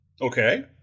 Okay